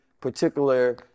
particular